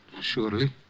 surely